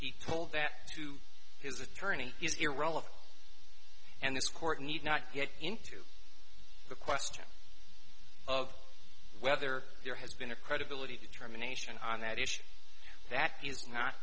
he told that to his attorney is irrelevant and this court need not get into the question of whether there has been a credibility determination on that issue that is not